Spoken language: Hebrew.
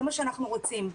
זה מה שאנחנו רוצים.